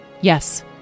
Yes